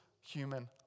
human